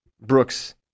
Brooks